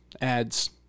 ads